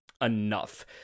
enough